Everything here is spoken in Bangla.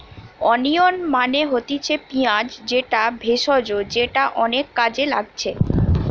ওনিয়ন মানে হচ্ছে পিঁয়াজ যেটা ভেষজ যেটা অনেক কাজে লাগছে